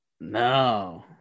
No